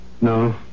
No